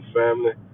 family